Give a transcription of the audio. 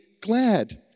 glad